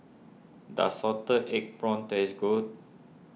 does Salted Egg Prawns taste good